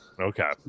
okay